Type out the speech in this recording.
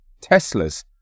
Teslas